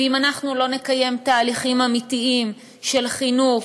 ואם אנחנו לא נקיים תהליכים אמיתיים של חינוך,